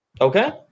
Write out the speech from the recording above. Okay